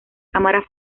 cámara